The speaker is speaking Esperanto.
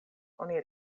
oni